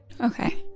Okay